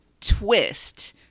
twist